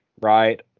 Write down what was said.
right